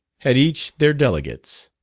had each their delegates.